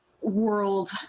world